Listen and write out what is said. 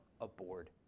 aboard